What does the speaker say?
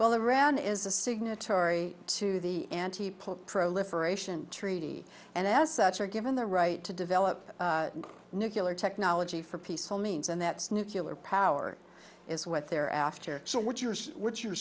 well around is a signatory to the anti pull proliferation treaty and as such are given the right to develop nuclear technology for peaceful means and that's nucular power is what they're after so what you are what you